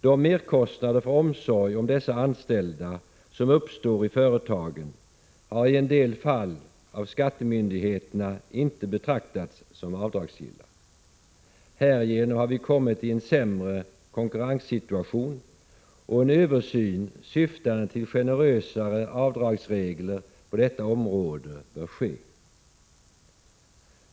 De merkostnader för omsorg om dessa anställda som uppstår i företagen har i en del fall av skattemyndigheterna inte betraktats som avdragsgilla. Härigenom har vi kommit i en sämre konkurrenssituation. En översyn syftande till generösare avdragsregler på detta område bör ske.